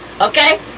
okay